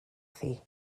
thi